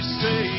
say